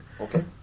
Okay